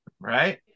right